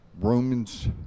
Roman's